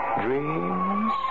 dreams